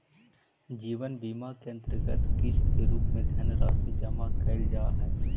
जीवन बीमा के अंतर्गत किस्त के रूप में धनराशि जमा कैल जा हई